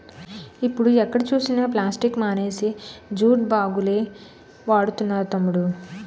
ఇప్పుడు ఎక్కడ చూసినా ప్లాస్టిక్ మానేసి జూట్ బాగులే వాడుతున్నారు తమ్ముడూ